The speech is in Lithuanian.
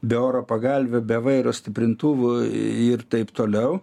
be oro pagalvių be vairo stiprintuvų ir taip toliau